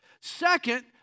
Second